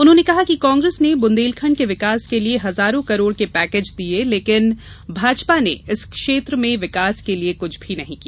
उन्होंने कहा कि कांग्रेस ने बुंदेलखंड के विकास के लिए हजारों करोड़ के पैकेज दिये लेकिन भाजपा ने इस क्षेत्र के विकास के लिए कुछ भी नहीं किया